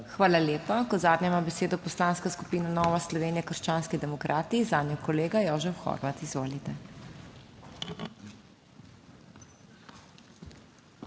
Hvala lepa. Kot zadnja ima besedo Poslanska skupina Nova Slovenija - krščanski demokrati, zanjo kolega Jožef Horvat. Izvolite.